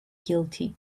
guilty